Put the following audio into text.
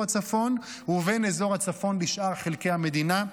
הצפון ובין אזור הצפון לשאר חלקי המדינה,